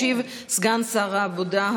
ישיב סגן שר העבודה,